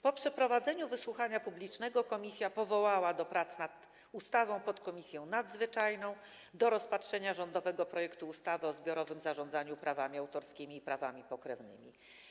Po przeprowadzeniu wysłuchania publicznego komisja powołała do prac nad ustawą podkomisję nadzwyczajną do rozpatrzenia rządowego projektu ustawy o zbiorowym zarządzaniu prawami autorskimi i prawami pokrewnymi.